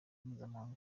mpuzamahanga